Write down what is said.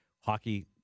hockey